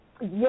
Yes